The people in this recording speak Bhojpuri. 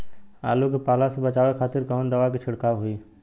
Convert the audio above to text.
आलू के पाला से बचावे के खातिर कवन दवा के छिड़काव होई?